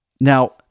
Now